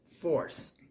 force